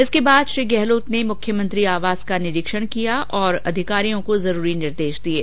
इसके बाद श्री गहलोत ने मुख्यमंत्री आवास का निरीक्षण किया और अधिकारियों को जरूरी निर्देश दिये